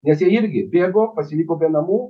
nes jie irgi bėgo pasiliko be namų